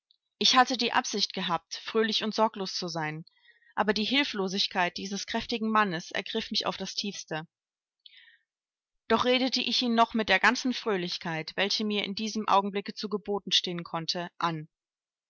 ich hatte die absicht gehabt fröhlich und sorglos zu sein aber die hilflosigkeit dieses kräftigen mannes ergriff mich auf das tiefste doch redete ich ihn noch mit der ganzen fröhlichkeit welche mir in diesem augenblicke zu gebote stehen konnte an